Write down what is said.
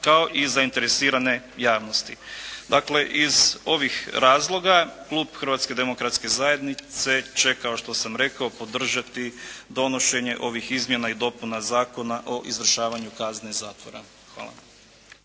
kao i zainteresirane javnosti. Dakle, iz ovih razloga klub Hrvatske demokratske zajednice će kao što sam rekao podržati donošenje ovih izmjena i dopuna Zakona o izvršavanju kazne zatvora. Hvala.